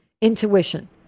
intuition